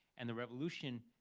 and the revolution,